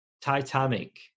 Titanic